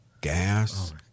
gas